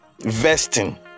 Vesting